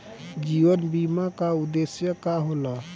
जीवन बीमा का उदेस्य का होला?